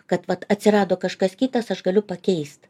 kad vat atsirado kažkas kitas aš galiu pakeist